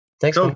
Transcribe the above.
Thanks